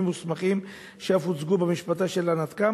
מוסמכים שאף הוצגו במשפטה של ענת קם,